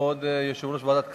כבוד יושב-ראש ועדת הכספים,